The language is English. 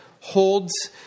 holds